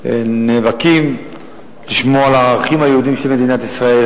ונאבקים לשמור על הערכים היהודיים של מדינת ישראל,